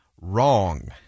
wrong